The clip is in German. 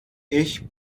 ich